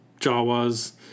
Jawas